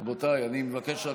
רבותיי, אני מבקש רק